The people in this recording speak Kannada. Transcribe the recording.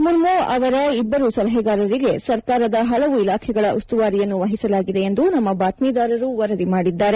ಮುರ್ಮು ಅವರ ಇಬ್ಬರು ಸಲಹೆಗಾರರಿಗೆ ಸರ್ಕಾರದ ಹಲವು ಇಲಾಖೆಗಳ ಉಸ್ತುವಾರಿಯನ್ನು ವಹಿಸಲಾಗಿದೆ ಎಂದು ನಮ್ಮ ಬಾತ್ಮೀದಾರರು ವರದಿ ಮಾಡಿದ್ದಾರೆ